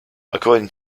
according